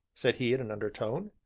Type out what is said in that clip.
said he in an undertone.